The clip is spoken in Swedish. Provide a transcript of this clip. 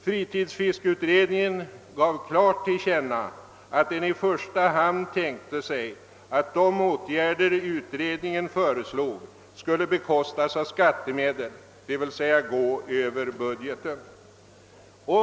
Fritidsfiskeutredningen gav klart till känna att den i första hand tänkte sig att de åtgärder som utredningen föreslog skulle bekostas av skattemedel, d. v. s. gå över budgeten.